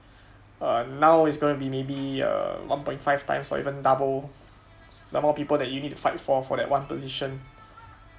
uh now is going to maybe one point five times or even double number of people that you need to fight for that one position